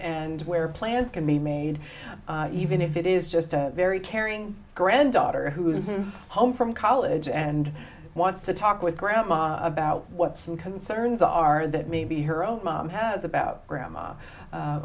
and where plans can be made even if it is just a very caring granddaughter who is home from college and wants to talk with grandma about what some concerns are that maybe her own mom has about grandma